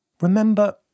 remember